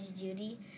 Judy